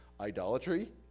idolatry